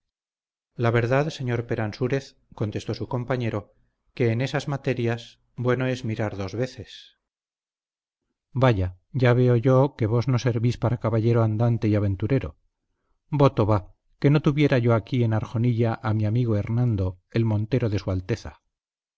la verdad señor peransúrez contestó su compañero que en esas materias bueno es mirar dos veces vaya ya veo yo que vos no servís para caballero andante y aventurero voto va que no tuviera yo aquí en arjonilla a mi amigo hernando el montero de su alteza